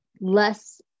less